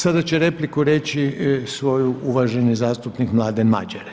Sada će repliku reći svoju uvaženi zastupnik Mladen Madjer.